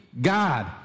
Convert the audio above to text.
God